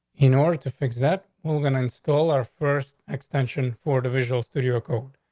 in order to fix that, we're going to install our first extension for the visual studio code.